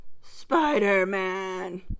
Spider-Man